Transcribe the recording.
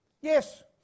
Yes